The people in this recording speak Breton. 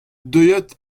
deuet